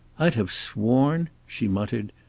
i'd have sworn she muttered,